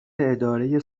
اداره